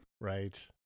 Right